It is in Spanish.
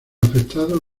afectados